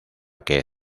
que